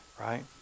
right